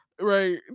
Right